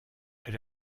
elle